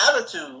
attitude